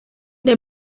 der